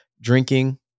drinking